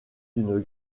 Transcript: d’une